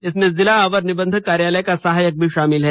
इसमें जिला अवर निबंधक कार्यालय का सहायक भी शामिल है